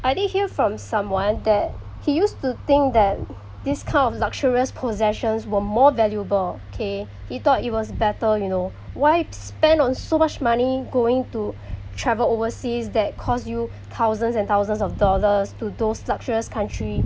I did hear from someone that he used to think that this kind of luxurious possessions were more valuable okay he thought it was better you know why spend on so much money going to travel overseas that cost you thousands and thousands of dollars to those luxurious country